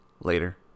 later